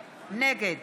לסקי, נגד